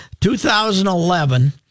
2011